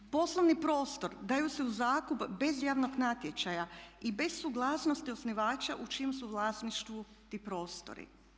Poslovni prostor daju se u zakup bez javnog natječaja i bez suglasnosti osnivača u čijem su vlasništvu ti prostori.